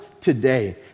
today